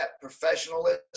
professionalism